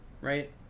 right